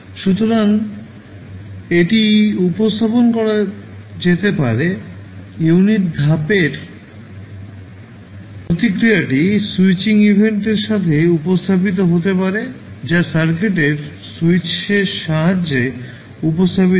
সুতরাং এটি উপস্থাপন করা যেতে পারে ইউনিট স্টেপের প্রতিক্রিয়াটি স্যুইচিং ইভেন্টের সাথে উপস্থাপিত হতে পারে যা সার্কিটের স্যুইচ সাহায্যে উপস্থাপিত হয়